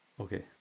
Okay